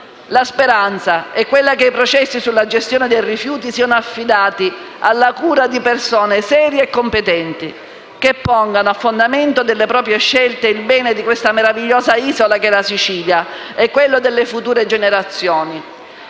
La speranza è quella che i processi sulla gestione dei rifiuti siano affidati alla cura di persone serie e competenti, che pongano a fondamento delle proprie scelte il bene di questa meravigliosa isola che è la Sicilia e quello delle future generazioni.